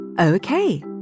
Okay